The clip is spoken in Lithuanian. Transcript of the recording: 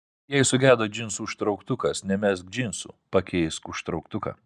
jei sugedo džinsų užtrauktukas nemesk džinsų pakeisk užtrauktuką